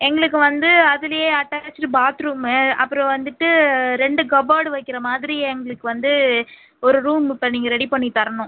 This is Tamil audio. எங்களுக்கு வந்து அதுலையே அட்டாச்டு பாத்ரூம் அப்புறோ வந்துவிட்டுரெண்டு கபோர்டு வைக்கிற மாதிரி எங்களுக்கு வந்து ஒரு ரூம் இப்போ நீங்கள் ரெடி பண்ணி தரனும்